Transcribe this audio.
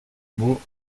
mots